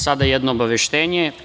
Sada jedno obaveštenje.